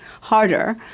harder